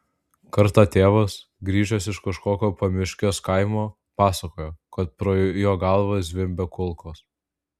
kartą tėvas grįžęs iš kažkokio pamiškės kaimo pasakojo kad pro jo galvą zvimbė kulkos